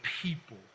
people